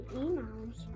emails